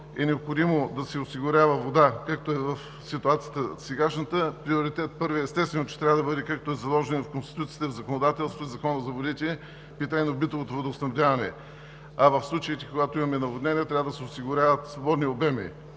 е необходимо да се осигурява вода, както е в сегашната ситуация, първи приоритет, естествено, трябва да бъде, както е заложено в Конституцията, в законодателството и в Закона за водите, питейно битовото водоснабдяване. А в случаите, когато имаме наводнения, трябва да се осигуряват свободни обеми.